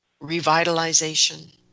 revitalization